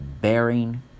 bearing